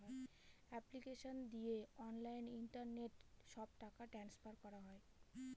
application দিয়ে online internet সব টাকা ট্রান্সফার করা হয়